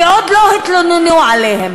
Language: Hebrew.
כי עוד לא התלוננו עליהם,